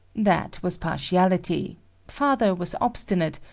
that was partiality father was obstinate,